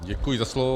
Děkuji za slovo.